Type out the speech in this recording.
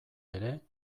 ere